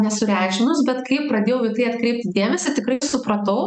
nesureikšminus bet kai pradėjau atkreipti dėmesį tikrai supratau